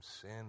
sin